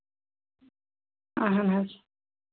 اَہن حظ